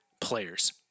players